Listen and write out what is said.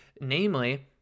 Namely